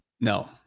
No